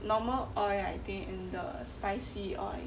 normal oil I think in the spicy oil